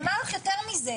ואני אומר לך יותר מזה,